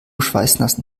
schweißnassen